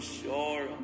sure